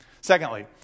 Secondly